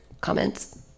comments